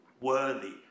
Worthy